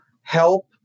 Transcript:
help